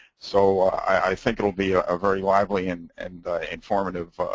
so, i think it will be a ah very lively and and informative